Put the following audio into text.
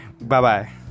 bye-bye